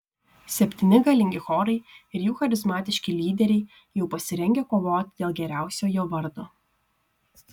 septyni galingi chorai ir jų charizmatiški lyderiai jau pasirengę kovoti dėl geriausiojo vardo